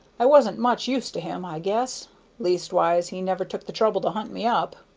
i wasn't much use to him, i guess leastways, he never took the trouble to hunt me up.